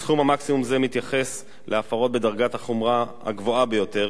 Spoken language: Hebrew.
סכום מקסימום זה מתייחס להפרות בדרגת החומרה הגבוהה ביותר,